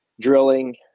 drilling